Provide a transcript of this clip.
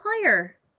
player